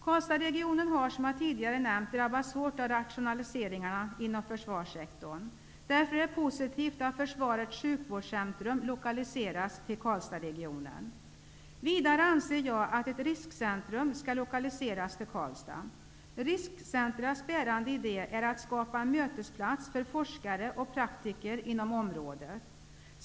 Karlstadsregionen har, som jag tidigare nämnt, drabbats hårt av rationaliseringarna inom försvarssektorn. Därför är det positivt att Försvarets sjukvårdscentrum lokaliseras till Karlstadsregionen. Vidare anser jag att ett riskcentrum skall lokaliseras till Karlstad. Riskcentrets bärande idé är att skapa en mötesplats för forskare och praktiker inom området.